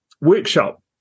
workshop